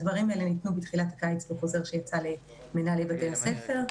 הדברים האלה ניתנו בתחילת הקיץ בחוזר שיצא למנהלי בתי הספר.